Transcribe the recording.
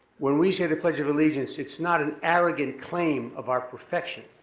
when we say the pledge of allegiance, it's not an arrogant claim of our perfection,